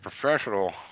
professional